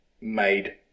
made